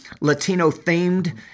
Latino-themed